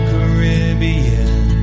Caribbean